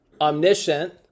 Omniscient